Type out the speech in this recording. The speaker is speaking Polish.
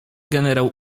generał